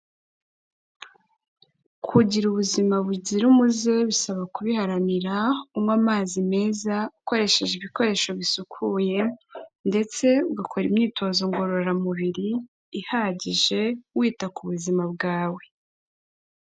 Kugira ubuzima bugira umuze bisaba kubiharanira, unywa amazi meza, ukoresheje ibikoresho bisukuye, ndetse ugakora imyitozo ngororamubiri ihagije, wita ku buzima bwawe.